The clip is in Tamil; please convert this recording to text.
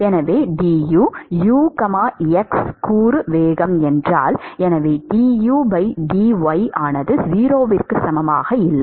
எனவே du u x கூறு வேகம் என்றால் எனவே du dy ஆனது 0 க்கு சமமாக இல்லை